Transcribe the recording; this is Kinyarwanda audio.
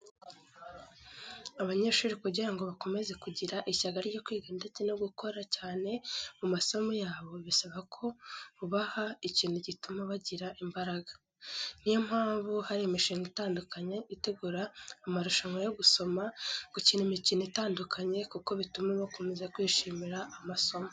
Abanyeshuri kugira ngo bakomeze kugira ishyaka ryo kwiga ndetse no gukora cyane mu masomo yabo, bisaba ko ubaha ikintu gituma bagira imbaraga. Ni yo mpamvu hari imishinga itandukanye itegura amarushanwa yo gusoma, gukina imikino itandukanye kuko bituma bakomeza kwishimira amasomo.